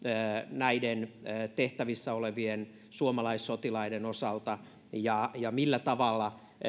näiden tehtävissä olevien suomalaissotilaiden osalta ja ja millä tavalla